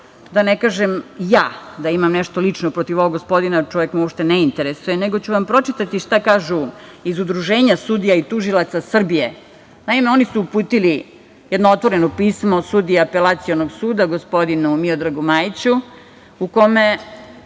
da ne kažem ja da imam nešto lično protiv ovog gospodina, čovek me uopšte ne interesuje, nego ću vam pročitati šta kažu iz Udruženja sudija i tužilaca Srbije. Naime, oni su uputili jedno otvoreno pismo sudiji Apelacionog suda, gospodinu Miodragu Majiću, u kome